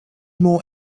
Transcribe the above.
more